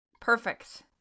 perfect